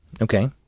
Okay